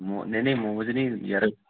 ਮੋ ਨਹੀਂ ਨਹੀਂ ਮੋਮਜ਼ ਨਹੀਂ ਜਿਹੜੇ